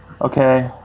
Okay